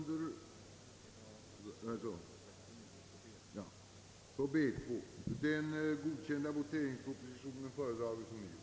Det sammanträdet torde kunna avslutas i god tid före eftermiddagstågens avgång!